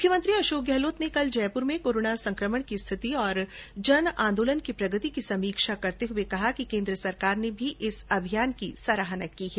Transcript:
मुख्यमंत्री अशोक गहलोत ने कल जयपुर में कोरोना संक्रमण की स्थिति और जन आन्दोलन की प्रगति की समीक्षा करते हुए कहा कि केन्द्र सरकार ने भी इस अभियान की सराहना की है